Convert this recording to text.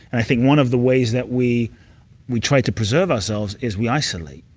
and i think one of the ways that we we try to preserve ourselves is we isolate.